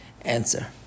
answer